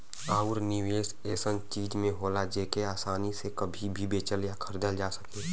आउर निवेस ऐसन चीज में होला जेके आसानी से कभी भी बेचल या खरीदल जा सके